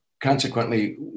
consequently